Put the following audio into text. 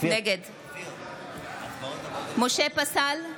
נגד משה פסל,